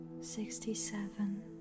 sixty-seven